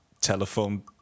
telephone